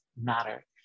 matter